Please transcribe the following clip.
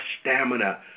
stamina